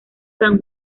san